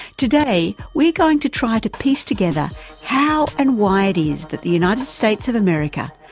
today, we're going to try to piece together how and why it is that the united states of america,